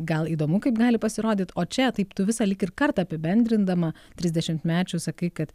gal įdomu kaip gali pasirodyt o čia taip tu visą lyg ir kartą apibendrindama trisdešimtmečiui sakai kad